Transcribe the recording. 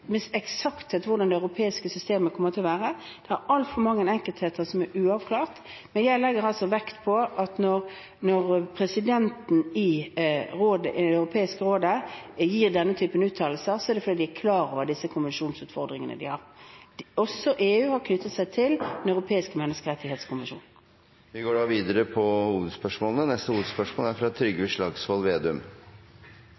eksakt hvordan det europeiske systemet kommer til å være. Det er altfor mange enkeltvedtak som er uavklart. Jeg legger vekt på at når presidenten i Det europeiske råd gir denne typen uttalelser, er det fordi de er klar over de konvensjonsutfordringene de har. Også EU har knyttet seg til Den europeiske menneskerettskonvensjon. Vi går videre til neste hovedspørsmål. Statsminister Erna Solberg fører en politikk som bidrar til en sterk sentralisering av Norge. Det er